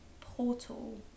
portal